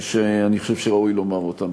שאני חושב שראוי לומר אותן.